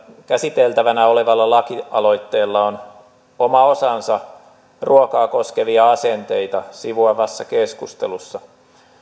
käsiteltävänä olevalla lakialoitteella on oma osansa ruokaa koskevia asenteita sivuavassa keskustelussa